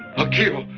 akio,